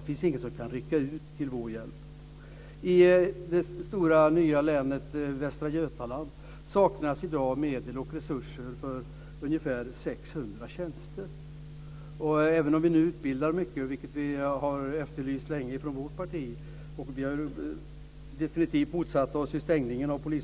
Det finns ingen som kan rycka ut till vår hjälp. I det nya stora länet Västra Götaland saknas i dag medel och resurser för ungefär 600 tjänster. Nu utbildas många poliser, vilket vi har efterlyst länge från vårt parti. Vi motsatte oss definitivt stängningen av Vi